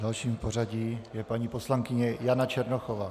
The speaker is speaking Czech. Další v pořadí je paní poslankyně Jana Černochová.